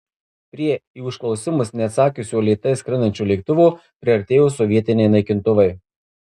prie į užklausimus neatsakiusio lėtai skrendančio lėktuvo priartėjo sovietiniai naikintuvai